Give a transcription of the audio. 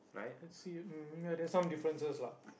let's see mm ya there's some differences lah